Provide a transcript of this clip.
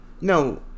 No